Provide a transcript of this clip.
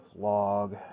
log